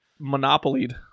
monopolied